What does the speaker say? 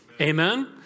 Amen